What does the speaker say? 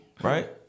right